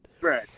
right